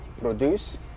produce